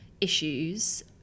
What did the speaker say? issues